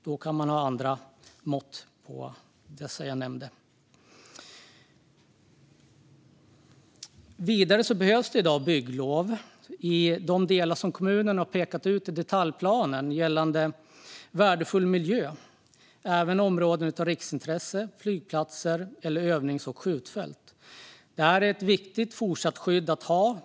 Då kan man ha andra mått än dem jag nämnde. Vidare behövs det i dag bygglov i de delar som kommunen har pekat ut i detaljplanen gällande värdefull miljö. Det gäller även områden av riksintresse, flygplatser eller övnings och skjutfält. Det är ett viktigt skydd att ha även i fortsättningen.